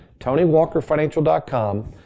TonyWalkerFinancial.com